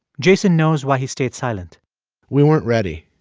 jason knows why he stayed silent we weren't ready,